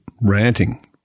Ranting